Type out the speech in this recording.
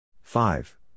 Five